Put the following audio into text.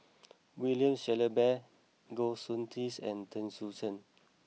William Shellabear Goh Soon Tioe and Chen Sucheng